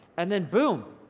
and then boom,